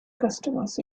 customers